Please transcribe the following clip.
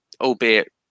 albeit